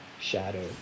shadow